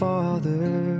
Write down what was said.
Father